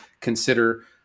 consider